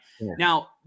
Now